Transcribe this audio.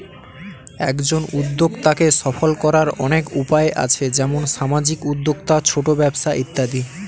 একজন উদ্যোক্তাকে সফল করার অনেক উপায় আছে, যেমন সামাজিক উদ্যোক্তা, ছোট ব্যবসা ইত্যাদি